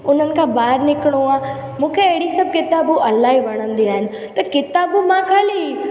उन्हनि खां ॿाहिरि निकिरणो आहे मूंखे अहिड़ी सभु किताबूं इलाही वणंदी आहिनि त किताबूं मां ख़ाली